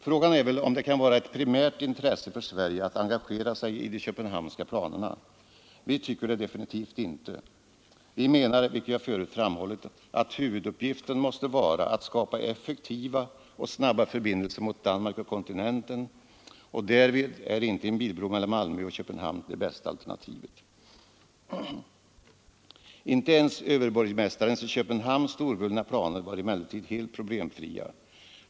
Frågan är väl om det kan vara ett primärt intresse för Sverige att engagera sig i de köpenhamnska planerna. Vi tycker det definitivt inte. Vi menar, som jag förut framhållit, att huvuduppgiften måste vara att skapa effektiva och snabba förbindelser mot Danmark och kontinenten, och därvid är inte en bilbro mellan Malmö och Köpenhamn det bästa alternativet. Inte ens överborgmästarens i Köpenhamn storvulna planer var emellertid helt problemfria.